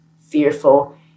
fearful